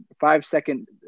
five-second